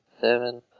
Seven